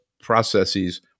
processes